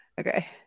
okay